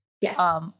Yes